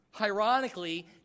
Ironically